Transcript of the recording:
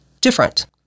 different